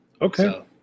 Okay